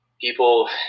People